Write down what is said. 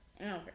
Okay